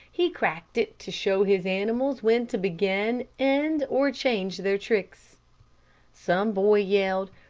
he cracked it to show his animals when to begin, end, or change their tricks some boy yelled,